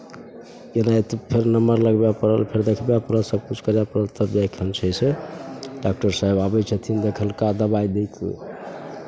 राति भरि नम्बर लगबय पड़ल फेर देखबय पड़ल सभकिछु करय पड़ल तब जाय कऽ हम जे छै से डॉक्टर साहेब आबै छथिन देखेलका दबाइ देलका